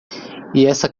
essa